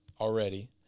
already